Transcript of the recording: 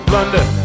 London